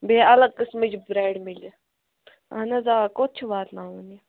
بیٚیہِ الگ قٕسمٕچ برٛیڈ میلہِ اَہَن حظ آ کوٚت چھُ واتناوُن یہِ